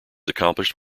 accomplished